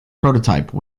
prototype